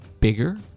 bigger